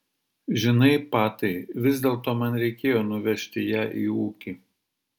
žinai patai vis dėlto man reikėjo nuvežti ją į ūkį